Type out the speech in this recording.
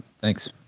Thanks